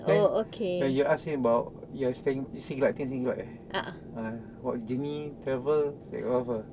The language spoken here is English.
then then you ask him about you are staying juga eh ah about journey travel